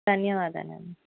ధన్యవాదాలండి